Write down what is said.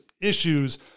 issues